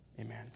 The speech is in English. Amen